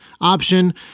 option